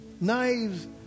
knives